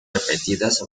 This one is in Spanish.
repetidas